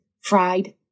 fried